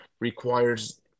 requires